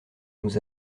nous